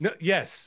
Yes